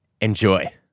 Enjoy